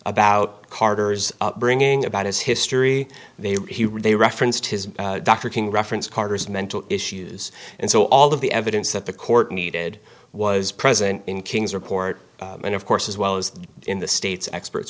about carter's upbringing about his history they they referenced his dr king reference carter's mental issues and so all of the evidence that the court needed was present in king's report and of course as well as in the state's experts